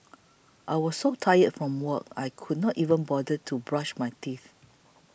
I was so tired from work I could not even bother to brush my teeth